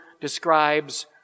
describes